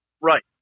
Right